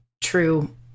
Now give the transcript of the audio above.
true